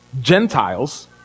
Gentiles